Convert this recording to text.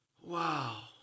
Wow